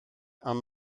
ond